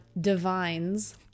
divines